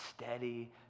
steady